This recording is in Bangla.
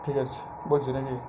ঠিক আছে বলছি না কি